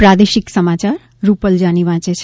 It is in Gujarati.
પ્રાદેશિક સમાયાર રૂપલ જાની વાંચે છે